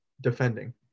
Defending